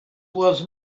was